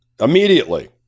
immediately